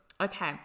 Okay